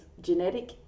genetic